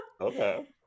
Okay